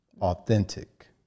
Authentic